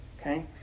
Okay